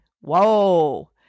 Whoa